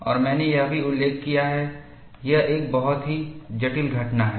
और मैंने यह भी उल्लेख किया है यह एक बहुत ही जटिल घटना है